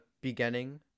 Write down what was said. beginning